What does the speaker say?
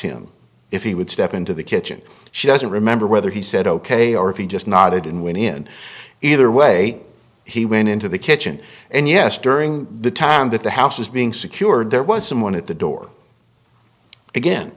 him if he would step into the kitchen she doesn't remember whether he said ok or if he just nodded and went in either way he went into the kitchen and yes during the time that the house was being secured there was someone at the door again